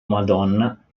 madonna